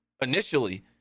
initially